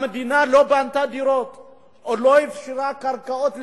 המדינה לא בנתה דירות או לא הפשירה קרקעות לבנייה.